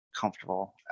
comfortable